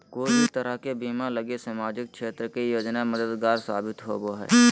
कोय भी तरह के बीमा लगी सामाजिक क्षेत्र के योजना मददगार साबित होवो हय